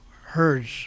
herds